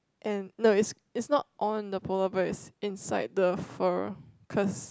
and no it's it's not on the polar bears it's inside the fur cause